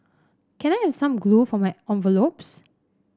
can I have some glue for my envelopes